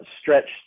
stretched